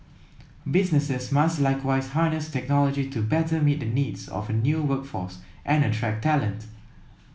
businesses must likewise harness technology to better meet the needs of a new workforce and attract talent